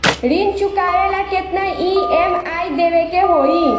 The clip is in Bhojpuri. ऋण चुकावेला केतना ई.एम.आई देवेके होई?